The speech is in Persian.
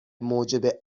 موجب